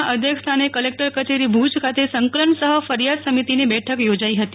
ના અધ્યક્ષસ્થાને કલેકટર કચેરી ભુજ ખાતે સંકલન સહ ફરિયાદ સમિતિની બેઠક યોજાઇ હતી